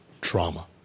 trauma